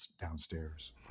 downstairs